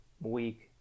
week